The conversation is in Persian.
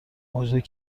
موجود